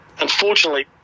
unfortunately